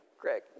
Greg